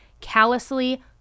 callously